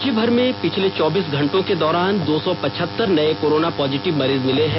राज्यभर में पिछले चौबीस घंटों के दौरान दो सौ पचहत्तर नये कोरोना पॉजिटव मरीज मिले है